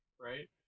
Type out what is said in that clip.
right